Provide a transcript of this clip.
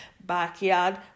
backyard